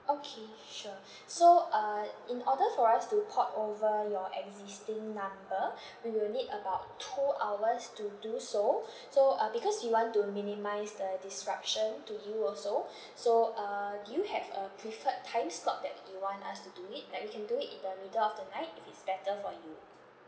okay sure so uh in order for us to port over your existing number we will need about two hours to do so so uh because we want to minimise the disruption to you also so uh do you have a preferred time slot that you want us to do it like we can do it in the middle of the night if it's better for you